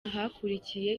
hakurikiye